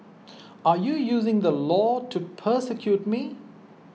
are you using the law to persecute me